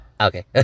Okay